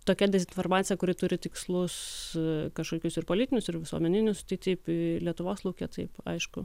tokia dezinformacija kuri turi tikslus kažkokius ir politinius ir visuomeninius tai taip lietuvos lauke taip aišku